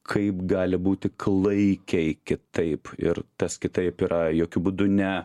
kaip gali būti klaikiai kitaip ir tas kitaip yra jokiu būdu ne